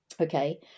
okay